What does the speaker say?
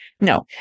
no